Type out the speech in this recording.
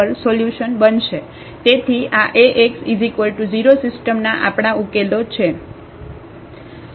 તેથી આ Ax 0 સિસ્ટમના આપણા ઉકેલો છે